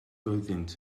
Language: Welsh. oeddynt